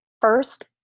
first